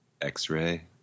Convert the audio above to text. X-ray